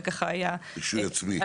רישוי עצמי.